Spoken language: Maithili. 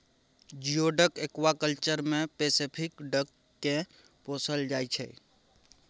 जियोडक एक्वाकल्चर मे पेसेफिक डक केँ पोसल जाइ छै